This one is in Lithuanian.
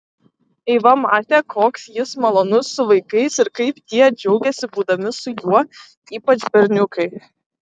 eiva matė koks jis malonus su vaikais ir kaip tie džiaugiasi būdami su juo ypač berniukai